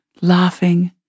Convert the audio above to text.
laughing